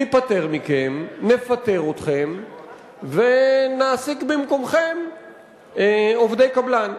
ניפטר מכם, נפטר אתכם ונעסיק במקומכם עובדי קבלן.